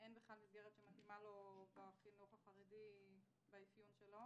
אין בכלל מסגרת שמתאימה לו בחינוך החרדי באפיון שלו